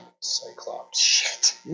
Cyclops